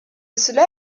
cela